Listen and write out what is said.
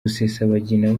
rusesabagina